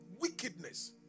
wickedness